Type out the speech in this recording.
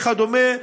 וכדומה.